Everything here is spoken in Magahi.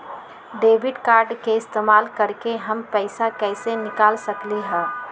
डेबिट कार्ड के इस्तेमाल करके हम पैईसा कईसे निकाल सकलि ह?